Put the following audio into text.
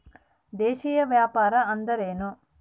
ದೇಶೇಯ ವ್ಯಾಪಾರ ಅಂದ್ರೆ ಏನ್ರಿ?